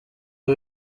ubu